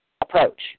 approach